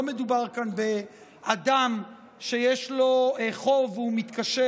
לא מדובר כאן באדם שיש לו חוב והוא מתקשה